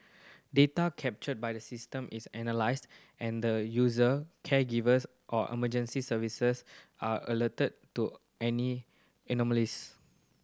data captured by the system is analysed and the user caregivers or emergency services are alerted to any anomalies